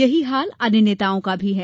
यही हाल अन्य नेताओं का है